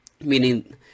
meaning